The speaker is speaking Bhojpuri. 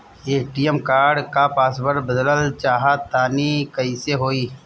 ए.टी.एम कार्ड क पासवर्ड बदलल चाहा तानि कइसे होई?